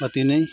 अति नै